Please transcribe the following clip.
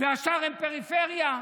והשאר הן מהפריפריה.